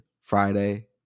Friday